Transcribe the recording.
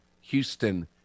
Houston